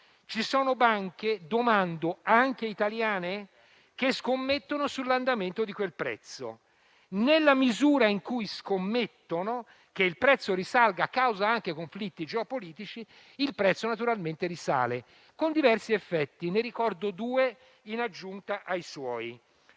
ci sono banche - domando, anche italiane? - che scommettono sull'andamento di quel prezzo e, nella misura in cui scommettono che il prezzo risalga (causa anche conflitti geopolitici), il prezzo naturalmente risale, con diversi effetti. Ne ricordo due in aggiunta ai suoi.